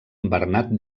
bernat